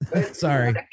Sorry